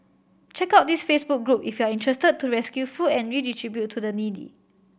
check out this Facebook group if you are interested to rescue food and redistribute to the needy